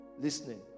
listening